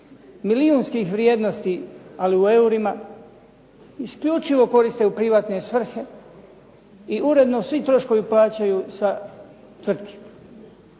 milijunskih vrijednosti, ali u eurima, isključivo koriste u privatne svrhe i uredno svi troškovi plaćaju sa tvrtki,